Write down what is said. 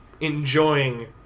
enjoying